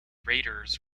raiders